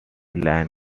line